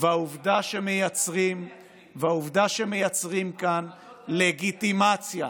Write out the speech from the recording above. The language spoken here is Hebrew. והעובדה שמייצרים כאן לגיטימציה.